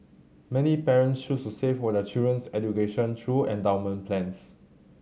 many parents choose to save for their children's education through endowment plans